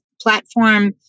platform